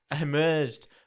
emerged